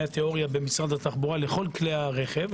התיאוריה במשרד התחבורה לכל כלי הרכב,